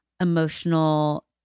emotional